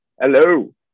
Hello